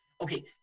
Okay